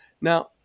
Now